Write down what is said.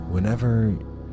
Whenever